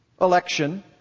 election